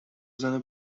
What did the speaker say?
زنه